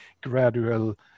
gradual